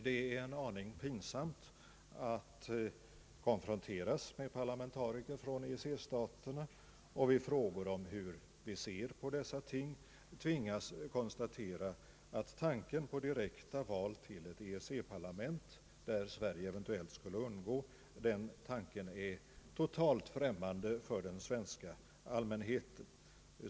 Det är en aning pinsamt att konfronteras med parlamentariker från EEC-staterna och vid frågor om hur vi ser på dessa ting tvingas konstatera att tanken på direkta val till ett EEC-parlament, där Sverige eventuellt skulle ingå, är totalt främmande för den svenska allmänheten.